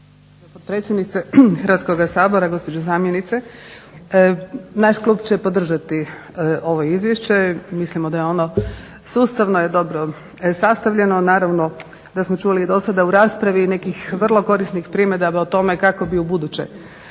potpredsjednice Hrvatskoga sabora, gospođo zamjenice. Naš Klub će podržati ovo izvješće, mislimo da je ono, sustavno je dobro sastavljeno. Naravno da smo čuli i do sada u raspravi i nekih vrlo korisnih primjedaba o tome kako bi ubuduće